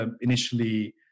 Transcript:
initially